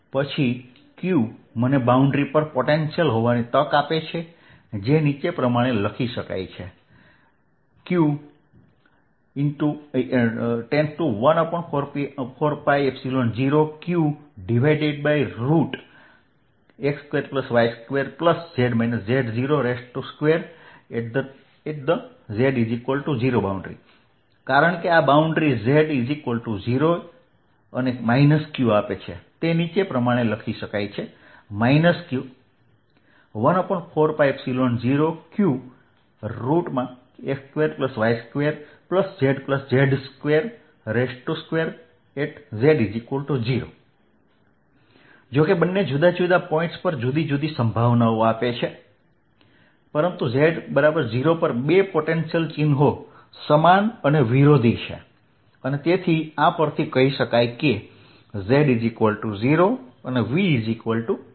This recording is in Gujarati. પછી q મને બાઉન્ડ્રી પર પોટેન્શિયલ હોવાની તક આપે છે જે નીચે પ્રમાણે લખી શકાય છે q14π0qx2y2z z02|z0 કારણ કે આ બાઉન્ડ્રી જે z 0 અને q આપે છે તે નીચે પ્રમાણે લખી શકાય q 14π0qx2y2zz02|z0 જોકે બંને જુદા જુદા પોઇન્ટ્સ પર જુદી જુદી સંભાવનાઓ આપે છે પરંતુ z0 પર બે પોટેન્શિયલ ચિહ્નો સમાન અને વિરોધી છે અને તેથી આ પરથી કહી શકાય કે z0 V0